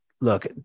look